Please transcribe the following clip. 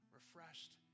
refreshed